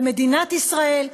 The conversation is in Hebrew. במדינת ישראל,